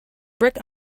brick